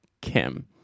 Kim